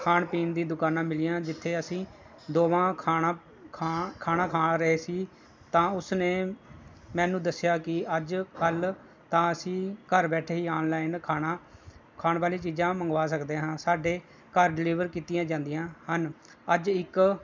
ਖਾਣ ਪੀਣ ਦੀ ਦੁਕਾਨਾਂ ਮਿਲੀਆਂ ਜਿੱਥੇ ਅਸੀਂ ਦੋਵਾਂ ਖਾਣਾ ਖਾ ਖਾਣਾ ਖਾ ਰਹੇ ਸੀ ਤਾਂ ਉਸਨੇ ਮੈਨੂੰ ਦੱਸਿਆ ਕਿ ਅੱਜ ਕੱਲ੍ਹ ਤਾਂ ਅਸੀਂ ਘਰ ਬੈਠੇ ਹੀ ਆਨਲਾਈਨ ਖਾਣਾ ਖਾਣ ਵਾਲੀਆਂ ਚੀਜ਼ਾਂ ਮੰਗਵਾ ਸਕਦੇ ਹਾਂ ਸਾਡੇ ਘਰ ਡਿਲੀਵਰ ਕੀਤੀਆਂ ਜਾਂਦੀਆਂ ਹਨ ਅੱਜ ਇੱਕ